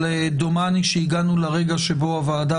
אבל דומני שהגענו לרגע שבו הוועדה